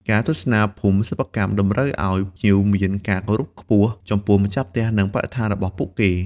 ការទស្សនាភូមិសិប្បកម្មតម្រូវឱ្យភ្ញៀវមាន ការគោរព ខ្ពស់ចំពោះម្ចាស់ផ្ទះ និងបរិស្ថានរបស់ពួកគេ។